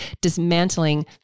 dismantling